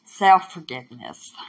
Self-forgiveness